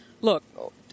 Look